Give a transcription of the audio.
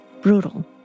brutal